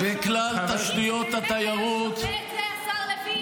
אתה גם שולח להם צווי מעצר וגם מגיע ללוויות.